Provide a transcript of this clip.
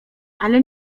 ale